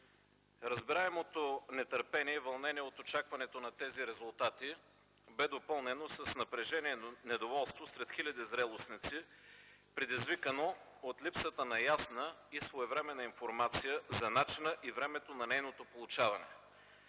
Разбираемото нетърпение и вълнение от очакването на тези резултати бе допълнено с напрежение и недоволство сред хиляди зрелостници, предизвикано от липсата на ясна и своевременна информация за начина и времето на нейното получаване.